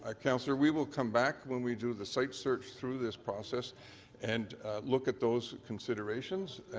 ah councillor, we will come back when we do the site search through this process and look at those considerations.